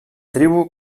tribu